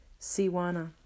Siwana